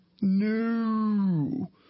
No